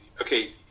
okay